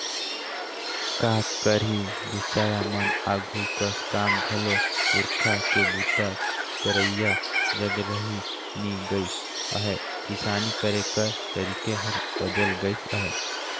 का करही बिचारा मन आघु कस काम घलो पूरखा के बूता करइया जग रहि नी गइस अहे, किसानी करे कर तरीके हर बदेल गइस अहे